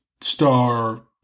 star